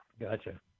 Gotcha